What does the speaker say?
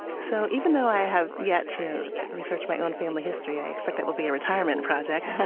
so even though i have yet to research my own family history i expect that will be retirement project